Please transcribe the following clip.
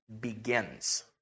begins